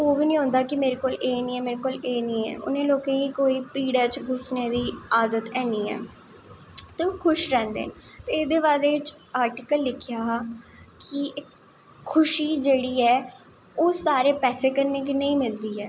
ओह् नी होंदा कि मेरे कोल एह् नी ऐ एह् नी ऐ लोकें गी पीड़ै च घुसनें दी आदत हैनी ऐ ते ओह् खुश रैंह्दे न ते ओह्दे बारे चच आर्टिकल लिखेआ हा कि ओह् सारी पैसे कन्नैं गै नेंई मिलदी ऐ